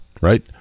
right